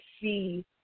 see